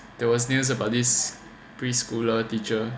there was news about this preschooler teacher